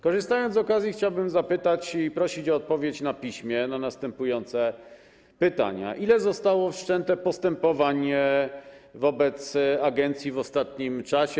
Korzystając z okazji, chciałbym zapytać i prosić o odpowiedź na piśmie na następujące pytania: Ile zostało wszczętych postępowań wobec agencji w ostatnim czasie?